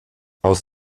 aus